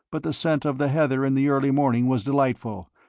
but the scent of the heather in the early morning was delightful,